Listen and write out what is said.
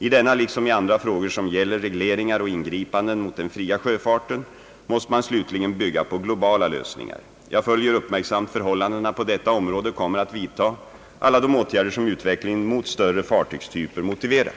I denna liksom i andra frågor som gäller regleringar och ingripanden mot den fria sjöfarten måste man slutligen bygga på globala lösningar. Jag följer uppmärksamt förhållandena på detta område och kommer att vidta alla de åtgärder som utvecklingen mot större fartygstyper motiverar.